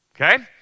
okay